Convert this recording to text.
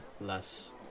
less